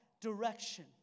direction